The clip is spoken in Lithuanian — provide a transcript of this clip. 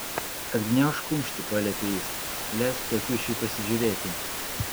atgniaužk kumštį paliepė jis leisk tėtušiui pasižiūrėti